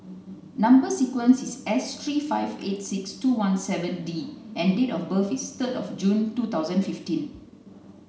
number sequence is S three five eight six two one seven D and date of birth is third of June two thousand fifteen